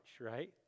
right